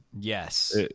Yes